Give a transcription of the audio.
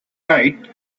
night